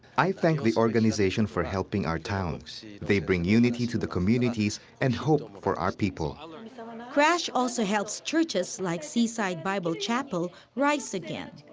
i thank the organization for helping our town. they bring unity to the communities and hope um for our people. and so and crash also helps churches like seaside bible chapel rise again.